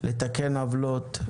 לתקן עוולות,